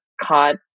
caught